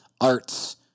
arts